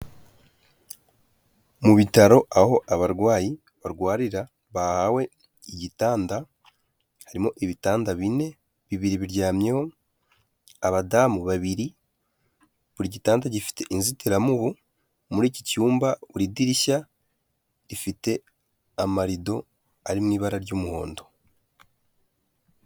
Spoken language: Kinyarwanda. Mu bitaro aho abarwayi barwarira, bahawe igitanda, harimo ibitanda bine bibiri biryamyeho abadamu babiri, buri gitanda gifite inzitiramubu, muri iki cyumba buri dirishya rifite amarido ari mu ibara ry'umuhondo.